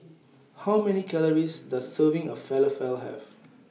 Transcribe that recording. How Many Calories Does Serving of Falafel Have